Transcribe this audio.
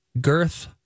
girth